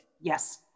Yes